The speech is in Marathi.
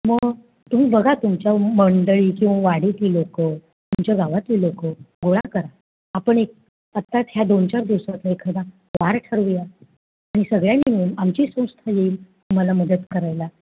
मग तुम्ही बघा तुमच्या मंडळी किंवा वाडीतली लोकं तुमच्या गावातली लोकं गोळा करा आपण एक आत्ताच ह्या दोन चार दिवसांचा एखादा वार ठरवूया आणि सगळ्यांनी मिळून आमची संस्था येईल तुम्हाला मदत करायला